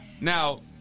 Now